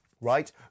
right